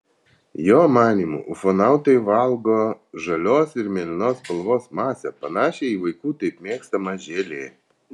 jo manymu ufonautai valgo žalios ir mėlynos spalvos masę panašią į vaikų taip mėgstamą želė